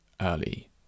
early